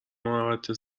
محوطه